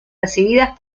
recibidas